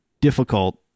difficult